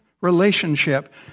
relationship